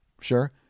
Sure